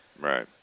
Right